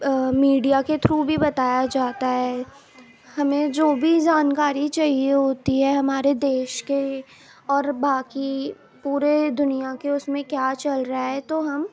media کے تھرو بھی بتایا جاتا ہے ہمیں جو بھی جانکاری چاہیے ہوتی ہے ہمارے دیش کے اور باقی پورے دنیا کے اس میں کیا چل رہا ہے تو ہم